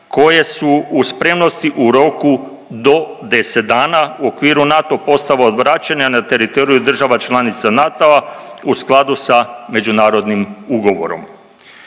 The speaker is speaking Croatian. koje su u spremnosti u roku do 10 dana u okviru NATO postava odvraćanja na teritoriju država članica NATO-a u skladu sa međunarodnim ugovorom.